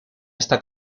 esta